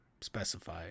specify